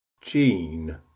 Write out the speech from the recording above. Gene